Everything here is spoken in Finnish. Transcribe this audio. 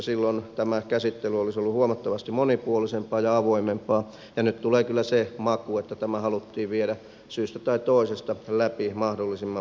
silloin tämä käsittely olisi ollut huomattavasti monipuolisempaa ja avoimempaa ja nyt tulee kyllä se maku että tämä haluttiin viedä syystä tai toisesta läpi mahdollisimman pienin äänin